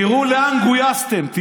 תראו לאן גויסתם.